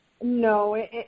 no